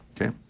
Okay